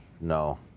no